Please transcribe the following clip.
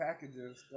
packages